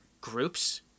groups